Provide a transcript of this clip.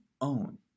own